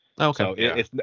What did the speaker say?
okay